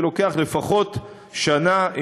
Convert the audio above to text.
שלוקח לפחות שנה,